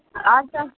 अच्छा